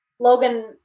Logan